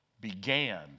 began